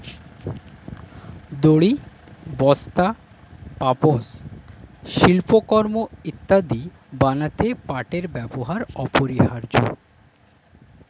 দড়ি, বস্তা, পাপোশ, শিল্পকর্ম ইত্যাদি বানাতে পাটের ব্যবহার অপরিহার্য